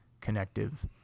connective